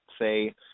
say